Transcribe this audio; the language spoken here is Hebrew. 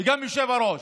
גם היושב-ראש: